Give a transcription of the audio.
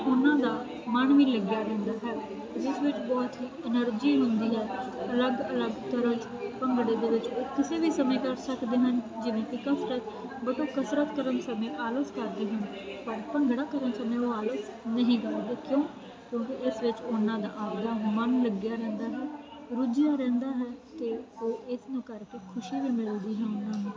ਉਹਨਾਂ ਦਾ ਮਨ ਵੀ ਲੱਗਿਆ ਰਹਿੰਦਾ ਜਿਸ ਵਿੱਚ ਬਹੁਤ ਹੀ ਐਨਰਜੀ ਹੁੰਦੀ ਹ ਅਲੱਗ ਅਲੱਗ ਕਰੋ ਭੰਗੜੇ ਦੇ ਵਿੱਚ ਕਿਸੇ ਵੀ ਸਮੇਂ ਕਰ ਸਕਦੇ ਹਨ ਜਿਵੇਂ ਇੱਕ ਆਫਟਰ ਬੁਕ ਕਸਰਤ ਕਰਨ ਸਮੇਂ ਖਾਲਸ ਕਰਦੇ ਹਨ ਰੁਜੀਆਂ ਰਹਿੰਦਾ ਹੈ ਤੇ ਇਸ ਨੂੰ ਕਰਕੇ ਖੁਸ਼ੀ ਵੀ ਮਿਲਦੀ ਹੈ ਕਿ ਉਹਨਾਂ ਦੀ ਸਿਹਤ